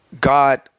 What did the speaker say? God